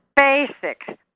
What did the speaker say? basic